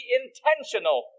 intentional